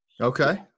Okay